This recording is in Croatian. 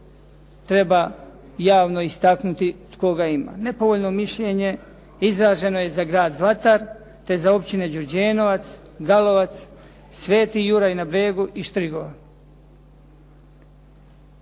treba javno istaknuti tko ga ima. Nepovoljno mišljenje izraženo je za grad Zlatar, te za općine Đurđenovac, Galovac, Sv. Juraj na bregu i Štrigova.